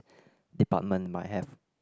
department might have